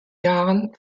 jahren